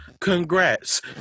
Congrats